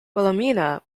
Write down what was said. wilhelmina